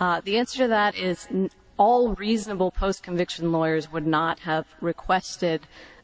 is the answer that is all reasonable post conviction lawyers would not have requested